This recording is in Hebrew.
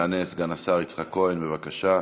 יענה סגן השר יצחק כהן, בבקשה.